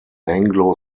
anglo